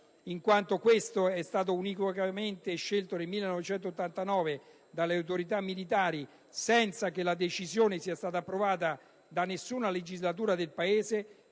in quanto quest'ultimo è stato univocamente scelto nel 1989 dalle autorità militari, senza che la decisione sia stata approvata da nessuna istanza legislativa del Paese,